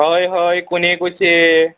হয় হয় কোনে কৈছে